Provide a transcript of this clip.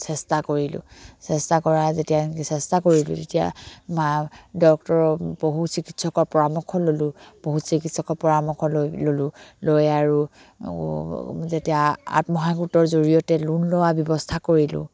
চেষ্টা কৰিলোঁ চেষ্টা কৰা যেতিয়া চেষ্টা কৰিলোঁ তেতিয়া ডক্টৰ পশু চিকিৎসকৰ পৰামৰ্শ ল'লোঁ পশু চিকিৎসকৰ পৰামৰ্শ লৈ ল'লোঁ লৈ আৰু যেতিয়া আত্মসহায়ক গোটৰ জৰিয়তে লোণ লোৱাৰ ব্যৱস্থা কৰিলোঁ